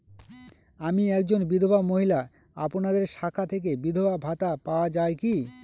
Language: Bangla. আমি একজন বিধবা মহিলা আপনাদের শাখা থেকে বিধবা ভাতা পাওয়া যায় কি?